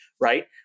Right